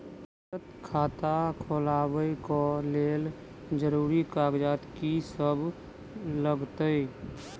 बचत खाता खोलाबै कऽ लेल जरूरी कागजात की सब लगतइ?